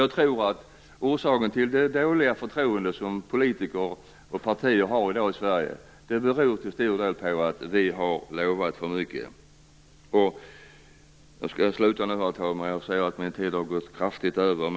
Jag tror att det dåliga förtroende som politiker och partier har i dag i Sverige till stor del beror på att vi har lovat för mycket. Jag skall sluta nu, herr talman, för jag ser att jag kraftigt har gått över min taletid.